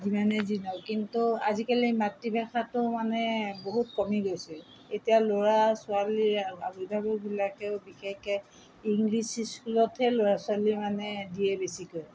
যিমানেই যি নহওক কিন্তু আজিকালি মাতৃভাষাটো মানে বহুত কমি গৈছে এতিয়া ল'ৰা ছোৱালীৰ অভিভাৱকবিলাকেও বিশেষকৈ ইংলিছ স্কুলতহে ল'ৰা ছোৱালী মানে দিয়ে বেছিকৈ